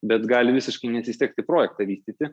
bet gali visiškai nesisekti projektą vystyti